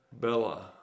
Bella